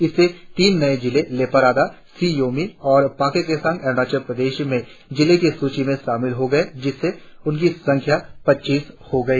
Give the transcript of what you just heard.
इससे तीन और जिले लेपा राडा शी योमी और पाक्के केसांग अरुणाचल प्रदेश में जिलों की सूची में शामिल हो गए जिससे उनकी संख्या पच्चीस हो गई